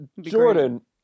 Jordan